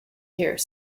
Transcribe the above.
here